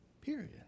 period